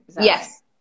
Yes